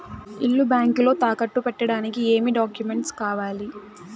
ఇల్లు బ్యాంకులో తాకట్టు పెట్టడానికి ఏమి డాక్యూమెంట్స్ కావాలి?